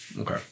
Okay